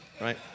right